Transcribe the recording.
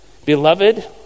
Beloved